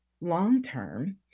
long-term